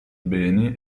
beni